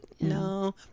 no